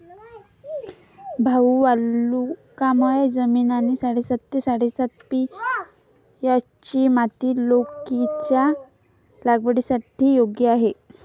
भाऊ वालुकामय जमीन आणि साडेसहा ते साडेसात पी.एच.ची माती लौकीच्या लागवडीसाठी योग्य आहे